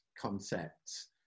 concepts